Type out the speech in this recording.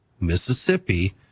Mississippi